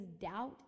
doubt